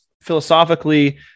philosophically